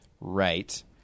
right